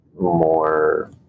more